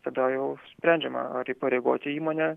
tada jau sprendžiama ar įpareigoti įmonę